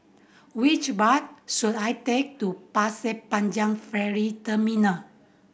which bus should I take to Pasir Panjang Ferry Terminal